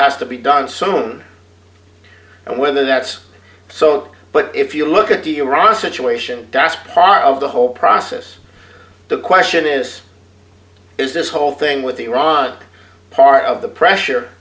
has to be done soon and whether that's so but if you look at the iran situation that's part of the whole busy process the question is is this whole thing with iran part of the pressure